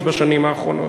בשנים האחרונות,